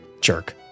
Jerk